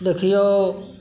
देखिऔ